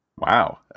wow